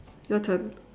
your turn